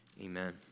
Amen